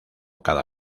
cada